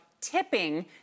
tipping